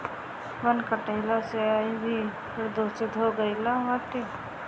वन कटला से वायु भी प्रदूषित हो गईल बाटे